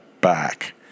back